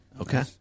Okay